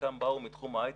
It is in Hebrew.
חלקם באו מתחום ההייטק,